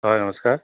হয় নমস্কাৰ